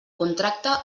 contracte